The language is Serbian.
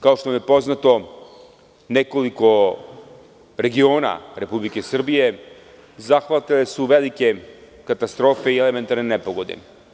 Kao što vam je poznato nekoliko regiona Republike Srbije zahvatile su velike katastrofe i elementarne nepogode.